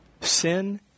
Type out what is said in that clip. Sin